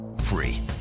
Free